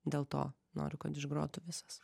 dėl to noriu kad išgrotų visas